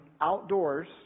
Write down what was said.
outdoors